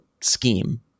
scheme